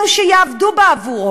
כנסת של ישראל ביתנו שיעבדו בעבורו.